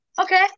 Okay